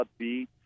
upbeat